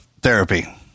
therapy